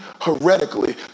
heretically